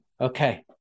Okay